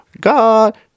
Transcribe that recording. God